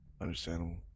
Understandable